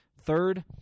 Third